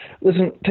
Listen